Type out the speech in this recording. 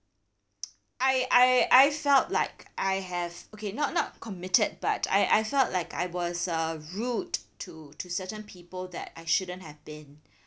I I I felt like I have okay not not committed but I I felt like I was uh rude to to certain people that I shouldn't have been